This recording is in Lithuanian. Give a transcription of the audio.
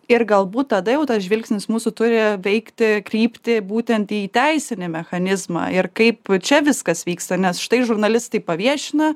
ir galbūt tada jau tas žvilgsnis mūsų turi veikti krypti būtent į teisinį mechanizmą ir kaip čia viskas vyksta nes štai žurnalistai paviešina